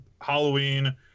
halloween